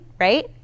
right